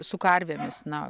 su karvėmis na